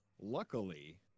luckily